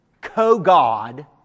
Co-God